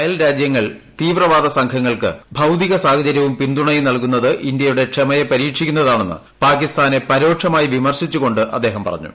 അയൽരാജ്യങ്ങൾ തീവ്രവാദ്യ സ്റ്റ്ലങ്ങൾക്ക് ഭൌതിക സാഹചര്യവും പിന്തുണയുർപ്പ്കൽകുന്നത് ഇന്ത്യയുടെ ക്ഷമയെ പരീക്ഷിക്കുന്നതാണെന്ന് പാക്കിസ്ഥാനെ പരോക്ഷമായി വിമർശിച്ചുകൊണ്ട് അദ്ദേഹം പറഞ്ഞു